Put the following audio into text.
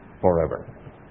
forever